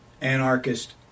anarchist